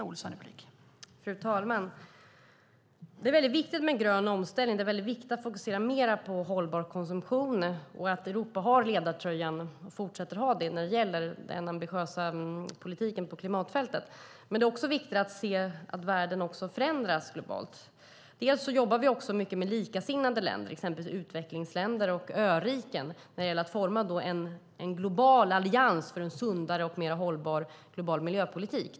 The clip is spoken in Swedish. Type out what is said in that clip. Fru talman! Det är viktigt med en grön omställning och att fokusera mer på hållbar konsumtion. Det är också viktigt att Europa fortsätter att ha ledartröjan när det gäller den ambitiösa politiken på klimatfältet. Det är också viktigt att se att världen förändras. Vi jobbar mycket med likasinnade länder, exempelvis utvecklingsländer och öriken, när det gäller att forma en global allians för en sundare och mer hållbar global miljöpolitik.